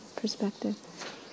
perspective